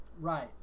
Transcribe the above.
Right